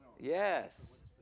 Yes